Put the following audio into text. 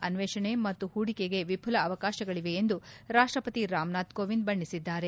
ಅನ್ವೇಷಣೆ ಮತ್ತು ಹೂಡಿಕೆಗೆ ವಿಘಲ ಅವಕಾಶಗಳವೆ ಎಂದು ರಾಷ್ಟಪತಿ ರಾಮನಾಥ್ ಕೋವಿಂದ್ ಬಣ್ಣಿಸಿದ್ದಾರೆ